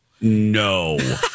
no